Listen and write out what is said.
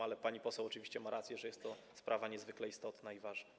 Ale pani poseł oczywiście ma rację, że jest to sprawa niezwykle istotna i ważna.